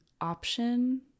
option